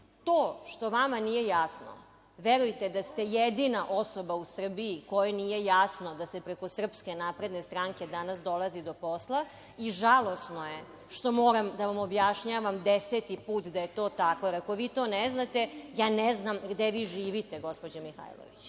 što vama nije jasno, verujte da ste jedina osoba u Srbiji kojoj nije jasno da se preko SNS danas dolazi do posla i žalosno je što moram da vam objašnjavam deseti put da je to tako. Ako vi to ne znate, ne znam gde vi živite gospođo Mihajlović.